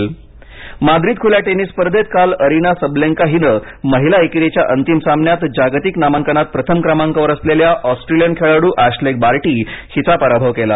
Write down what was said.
माद्रीद खूल्या टेनिस स्पर्धा माद्रीद खुल्या टेनिस स्पर्धेत काल अरीना सब्लेन्का हिनं महिला एकेरीच्या अंतिम सामन्यात जागतिक नामांकनात प्रथम क्रमांकावर असलेल्या ऑस्ट्रेलीयन खेळाडू एश्लेघ बार्टी हिचा पराभव केला